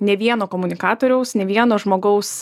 ne vieno komunikatoriaus ne vieno žmogaus